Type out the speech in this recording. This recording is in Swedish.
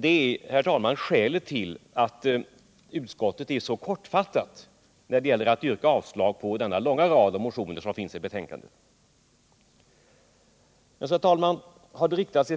Detta är, herr talman, skälet till att utskottet är så kortfattat när det gäller att yrka avslag på den långa rad av motioner som finns i betänkandet.